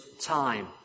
time